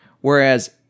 Whereas